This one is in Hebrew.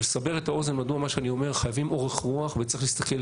כדי לסבר את האוזן לגבי מה שאני אומר חייבים אורך רוח וצריך להסתכל